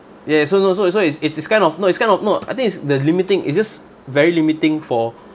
ya so no so it's so is it's it's kind of no it's kind of no I think it's the limiting it's just very limiting for